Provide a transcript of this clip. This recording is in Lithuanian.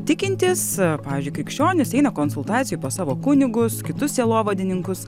tikintys pavyzdžiui krikščionys eina konsultacijai pas savo kunigus kitus sielovadininkus